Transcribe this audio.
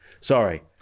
Sorry